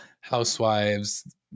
Housewives